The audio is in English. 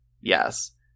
Yes